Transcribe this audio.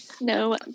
No